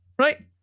right